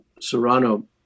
Serrano